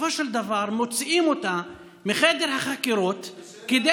בסופו של דבר מוציאים אותה מחדר החקירות כדי